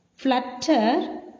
Flutter